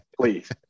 please